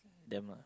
them ah